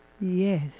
Yes